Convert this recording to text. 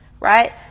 Right